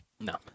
No